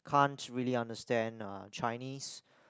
can't really understand uh Chinese